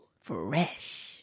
Fresh